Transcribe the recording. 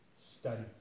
Study